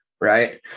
right